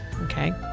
Okay